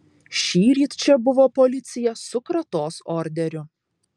šįryt čia buvo policija su kratos orderiu